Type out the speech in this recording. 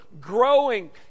growing